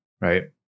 right